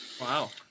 wow